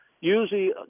usually